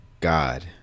God